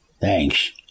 Thanks